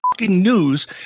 news